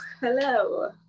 hello